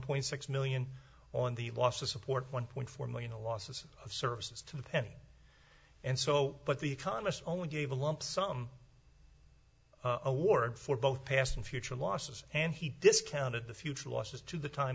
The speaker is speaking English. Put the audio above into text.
point six million on the loss to support one point four million a loss of services to the penny and so but the economist only gave a lump sum award for both past and future losses and he discounted the future losses to the time